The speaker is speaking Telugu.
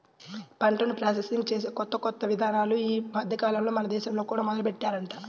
పంటను ప్రాసెసింగ్ చేసే కొత్త కొత్త ఇదానాలు ఈ మద్దెకాలంలో మన దేశంలో కూడా మొదలుబెట్టారంట